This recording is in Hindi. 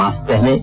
मास्क पहनें